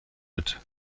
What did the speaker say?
mit